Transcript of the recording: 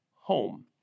Home